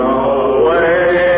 away